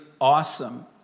awesome